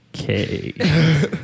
okay